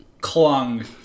clung